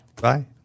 Bye